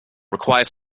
requires